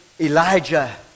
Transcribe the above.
Elijah